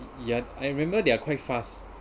ya I remember they are quite fast